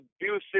abusive